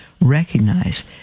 recognize